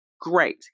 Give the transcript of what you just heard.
Great